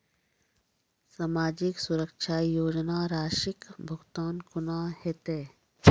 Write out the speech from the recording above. समाजिक सुरक्षा योजना राशिक भुगतान कूना हेतै?